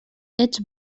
ets